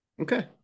okay